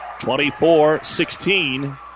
24-16